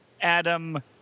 Adam